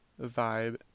vibe